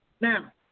Now